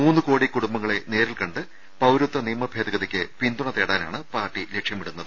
മൂന്ന് കോടി കുടുംബങ്ങളെ നേരിൽ കണ്ട്പൌരത്വ നിയമ ഭേദഗതിയ്ക്ക് പിന്തുണ തേടാനാണ് പാർട്ടി ലക്ഷ്യമിടുന്നത്